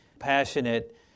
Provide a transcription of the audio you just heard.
passionate